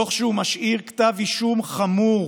תוך שהוא משאיר כתב אישום חמור